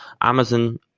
Amazon